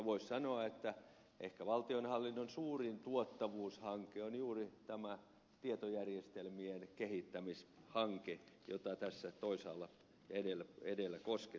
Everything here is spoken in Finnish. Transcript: voisi sanoa että valtionhallinnon suurin tuottavuushanke on juuri tämä tietojärjestelmien kehittämishanke jota tässä edellä koskettelin